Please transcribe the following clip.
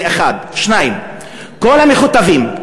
2. כל המכותבים,